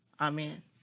Amen